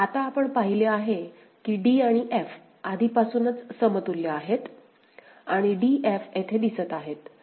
आता आपण पाहिले आहे की d आणि f आधीपासूनच समतुल्य आहेत आणि d f येथे दिसत आहे